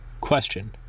Question